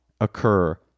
occur